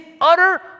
utter